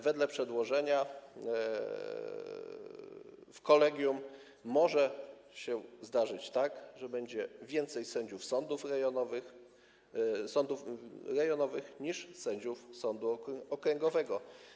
Wedle przedłożenia w kolegium może się zdarzyć tak, że będzie więcej sędziów sądów rejonowych niż sędziów sądu okręgowego.